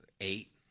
Eight